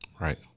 Right